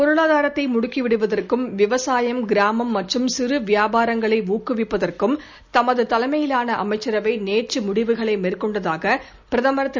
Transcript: பொருளாதாரத்தை முடுக்கிவிடுவதற்கும் விவசாயம் கிராமம் மற்றும் சிறு வியாபாரங்களை ஊக்குவிப்பதற்கும் தமது தலைமையிலாள அமைச்சரவை நேற்று முடிவுகளை மேற்கொண்டதாக பிரதமர் திரு